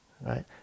right